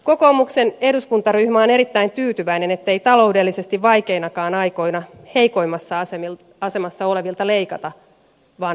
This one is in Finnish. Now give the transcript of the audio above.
kokoomuksen eduskuntaryhmä on erittäin tyytyväinen ettei taloudellisesti vaikeinakaan aikoina heikoimmassa asemassa olevilta leikata vaan päinvastoin